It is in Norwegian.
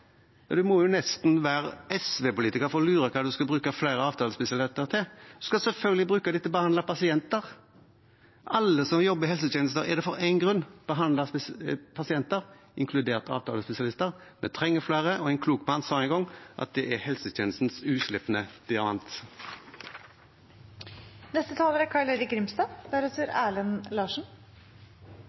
må nesten være SV-politiker for å lure på hva man skal bruke flere avtalespesialister til. Man skal selvfølgelig bruke dem til å behandle pasienter. Alle som jobber i helsetjenesten, er der av én grunn – behandling av pasienter – inkludert avtalespesialister. Vi trenger flere, og en klok mann sa en gang at de er helsetjenestens